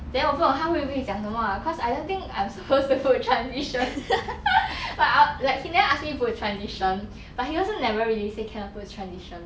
then 我不懂他会不会讲什么 ah cause I don't think I'm supposed to put transitions but ah like he never ask me put transition but he also never really say cannot put transition